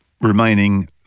remaining